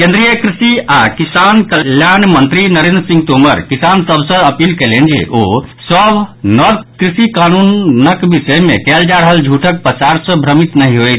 केन्द्रीय कृषि आओर किसान कल्याण मंत्री नरेन्द्र सिंह तोमर किसान सभ सँ अपील कयलनि अछि जे ओ सभ नव कृषि कानूनक विषय मे कयल जा रहल झूठक पसार सँ भ्रमित नहि होइथ